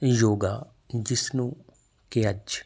ਯੋਗਾ ਜਿਸ ਨੂੰ ਕਿ ਅੱਜ